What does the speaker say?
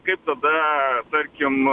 kaip tada tarkim